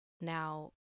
now